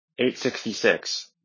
866